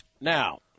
Now